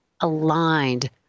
aligned